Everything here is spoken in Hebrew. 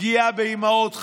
פגיעה באימהות חד-הוריות,